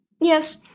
Yes